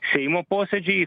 seimo posėdžiai